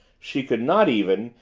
she could not even,